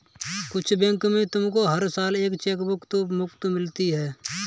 कुछ बैंक में तुमको हर साल एक चेकबुक तो मुफ़्त मिलती है